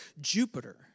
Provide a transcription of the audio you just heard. Jupiter